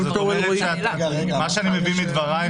מה שאני מבין מדברייך,